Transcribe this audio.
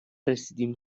رسیدیم